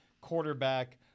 quarterback